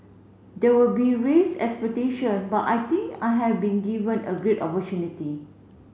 there will be raised expectation but I think I have been given a great opportunity